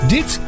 Dit